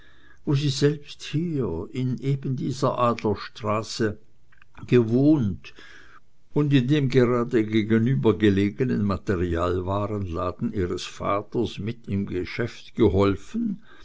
wo sie selbst hier in eben dieser adlerstraße gewohnt und in dem gerade gegenüber gelegenen materialwarenladen ihres vaters mit im geschäft geholfen